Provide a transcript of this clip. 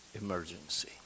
emergency